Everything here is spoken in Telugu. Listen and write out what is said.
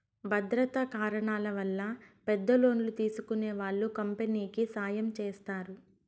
భద్రతా కారణాల వల్ల పెద్ద లోన్లు తీసుకునే వాళ్ళు కంపెనీకి సాయం చేస్తారు